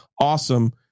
awesome